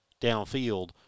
downfield